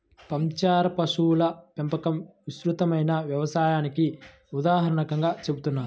సంచార పశువుల పెంపకం విస్తృతమైన వ్యవసాయానికి ఉదాహరణగా చెబుతారు